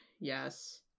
yes